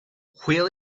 will